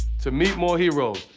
to meet more heroes,